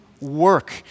work